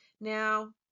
Now